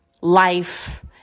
life